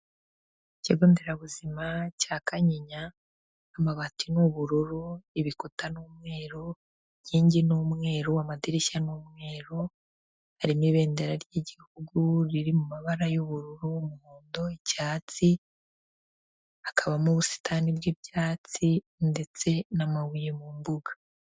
Ikigo nderabuzima cya Kanyinya amabati n'ubururu, ibikuta n'umweru, inkingi n'umweru, amadirishya n'umweru, harimo ibendera ry'igihugu riri mu mabara y'ubururu, umuhondo, icyatsi hakabamo ubusitani bw'ibyatsi ndetse n'amabuye mu mbuga.